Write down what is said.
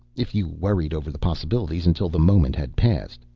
if you worried over the possibilities until the moment had passed,